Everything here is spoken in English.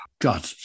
God